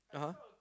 (uh huh)